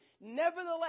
Nevertheless